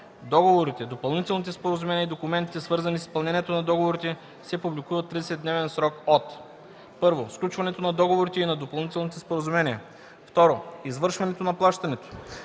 Договорите, допълнителните споразумения и документите, свързани с изпълнението на договорите, се публикуват в 30-дневен срок от: 1. сключването на договорите и на допълнителните споразумения; 2. извършването на плащането;